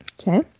Okay